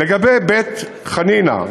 לגבי בית-חנינא,